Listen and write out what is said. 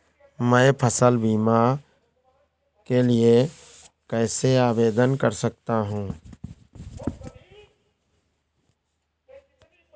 मैं फसल बीमा के लिए कैसे आवेदन कर सकता हूँ?